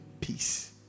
peace